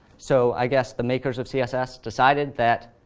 so i guess the makers of css decided that